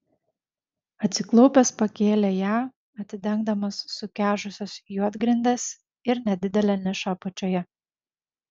atsiklaupęs pakėlė ją atidengdamas sukežusias juodgrindes ir nedidelę nišą apačioje